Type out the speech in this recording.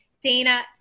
Dana